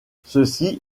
ceci